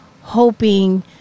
hoping